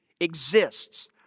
exists